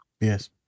yes